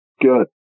Good